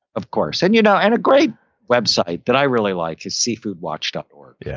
of course. and you know and a great website that i really like is seafoodwatch dot org. yeah